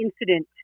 incident